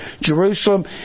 Jerusalem